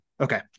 okay